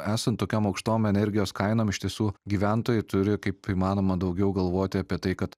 esant tokiom aukštom energijos kainom iš tiesų gyventojai turi kaip įmanoma daugiau galvoti apie tai kad